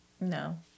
No